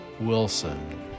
Wilson